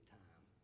time